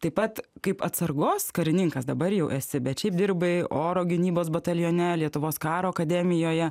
taip pat kaip atsargos karininkas dabar jau esi bet šiaip dirbai oro gynybos batalione lietuvos karo akademijoje